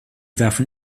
werfen